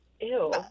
Ew